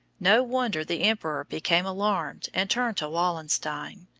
no wonder the emperor became alarmed and turned to wallenstein,